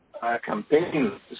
Campaign